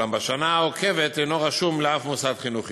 אולם בשנה העוקבת אינו רשום לשום מוסד חינוכי,